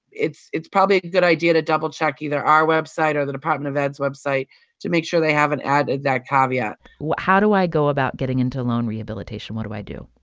it's it's probably a good idea to double-check either our website or the department of ed's website to make sure they haven't added that caveat how do i go about getting into a loan rehabilitation? what do i do?